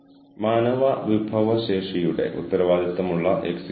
ഇത് ഇന്ന് ഞാൻ നിങ്ങളോട് കൂടുതൽ വിശദമായി സംസാരിക്കും